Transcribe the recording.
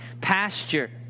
pasture